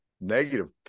negative